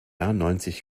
neunzig